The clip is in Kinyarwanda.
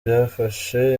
byafashe